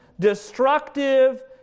Destructive